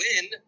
win